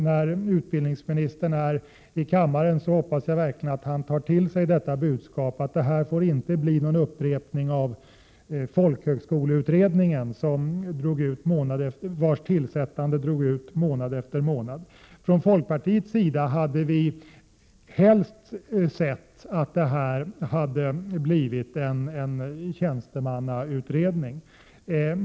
Eftersom utbildningsministern är i kammaren hoppas jag verkligen att han tar till sig det budskapet. Det får inte bli någon upprepning som för folkhögskoleutredningen, vars tillsättande drog ut månad efter månad. Från folkpartiets sida hade vi helst sett att det hade blivit en tjäntemannautredning.